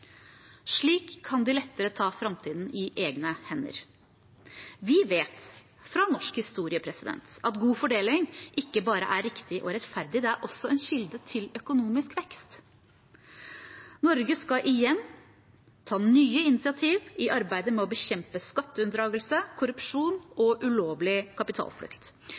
Slik kan de lettere ta framtiden i egne hender. Vi vet fra norsk historie at god fordeling ikke bare er riktig og rettferdig, det er også en kilde til økonomisk vekst. Norge skal igjen ta nye initiativ i arbeidet med å bekjempe skatteunndragelse, korrupsjon og ulovlig kapitalflukt.